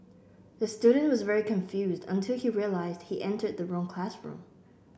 the student was very confused until he realised he entered the wrong classroom